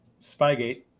Spygate